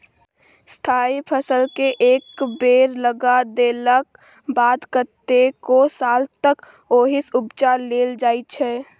स्थायी फसलकेँ एक बेर लगा देलाक बाद कतेको साल तक ओहिसँ उपजा लेल जाइ छै